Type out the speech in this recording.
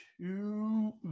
two